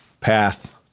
path